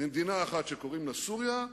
ממדינה אחת, שקוראים לה סוריה,